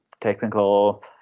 technical